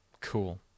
cool